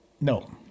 No